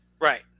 right